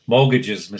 Mortgages